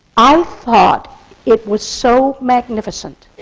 i thought it was so magnificent.